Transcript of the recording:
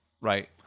right